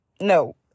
no